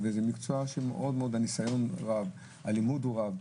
יש להם מקצוע שהניסיון רב, הלימוד רב.